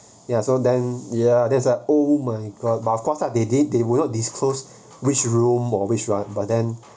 ya so then yeah that's like oh my god but of course that they did they would not disclose which room which one but then